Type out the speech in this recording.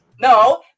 No